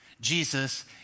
Jesus